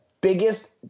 biggest